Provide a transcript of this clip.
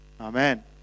Amen